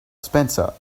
spencer